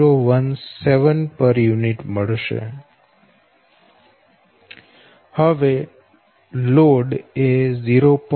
4017 pu હવે load એ 0